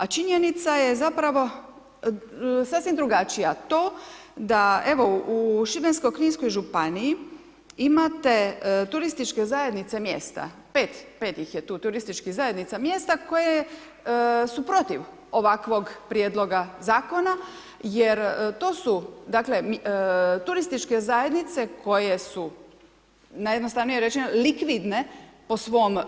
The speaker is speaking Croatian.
A činjenica je zapravo sasvim drugačija, to da evo u Šibensko-kninskoj županiji imate turističke zajednice mjesta, 5, 5 ih je tu turističkih zajednica mjesta koje su protiv ovakvog prijedloga zakona, jer to su dakle turističke zajednice koje su najjednostavnije rečeno likvidne po svom